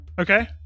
Okay